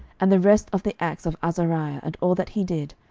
and the rest of the acts of azariah, and all that he did,